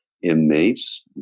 inmates